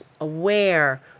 aware